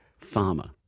farmer